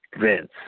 Vince